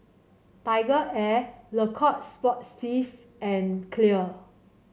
TigerAir Le Coq Sportif and Clear